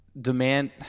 demand